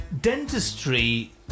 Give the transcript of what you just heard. dentistry